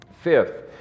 Fifth